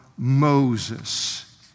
Moses